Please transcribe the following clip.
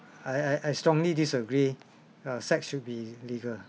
I I I strongly disagree err sex should be legal